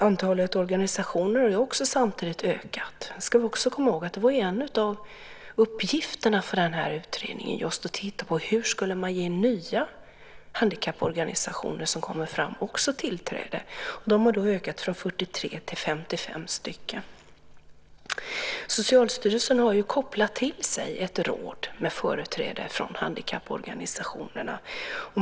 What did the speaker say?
Antalet organisationer har också samtidigt ökat. Det ska vi också komma ihåg. Det var ju en av uppgifterna för utredningen att just titta på hur man också ska ge nya handikapporganisationer som kommer fram tillträde. De har ökat från 43 till 55 stycken. Socialstyrelsen har kopplat till sig ett råd med företrädare från handikapporganisationerna.